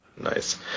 Nice